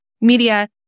media